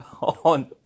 on